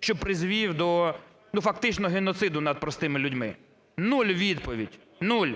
що призвів до, ну, фактично геноциду над простими людьми. Нуль відповіді. Нуль.